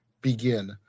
begin